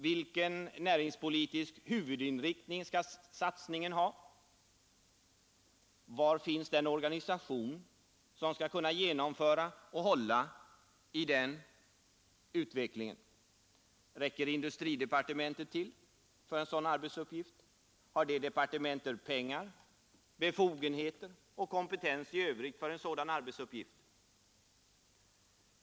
Vilken näringspolitisk huvudinriktning skall satsningen ha? Var finns den Organisation som skall kunna genomföra och hålla i denna utveckling? Räcker industridepartementet till för en sådan arbetsuppgift? Har det departementet pengar, befogenhet och kompetens i övrigt för en sådan arbetsuppgift?